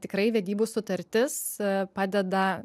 tikrai vedybų sutartis padeda